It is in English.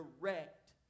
direct